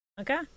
Okay